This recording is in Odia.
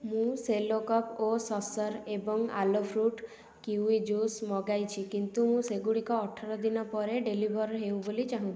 ମୁଁ ସେଲୋ କପ୍ ଓ ସସର୍ ଏବଂ ଆଲୋ ଫ୍ରୁଟ୍ କିୱି ଜୁସ୍ ମଗାଇଛି କିନ୍ତୁ ମୁଁ ସେଗୁଡ଼ିକ ଅଠର ଦିନ ପରେ ଡେଲିଭର୍ ହେଉ ବୋଲି ଚାହୁଁଛି